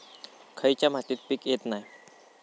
खयच्या मातीत पीक येत नाय?